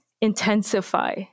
intensify